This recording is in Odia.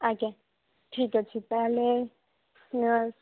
ଆଜ୍ଞା ଠିକ୍ ଅଛି ତା'ହେଲେ